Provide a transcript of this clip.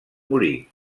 morir